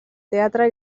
teatre